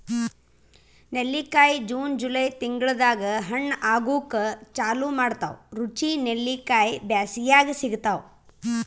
ನೆಲ್ಲಿಕಾಯಿ June July ತಿಂಗಳ್ದಾಗ್ ಹಣ್ಣ್ ಆಗೂಕ್ ಚಾಲು ಮಾಡ್ತಾವ್ ರುಚಿ ನೆಲ್ಲಿಕಾಯಿ ಬ್ಯಾಸ್ಗ್ಯಾಗ್ ಸಿಗ್ತಾವ್